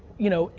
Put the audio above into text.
you know,